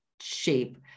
shape